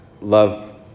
love